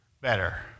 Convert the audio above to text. better